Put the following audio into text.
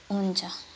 हुन्छ